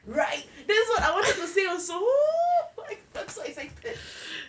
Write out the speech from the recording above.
right that's what I wanted to say also I'm so excited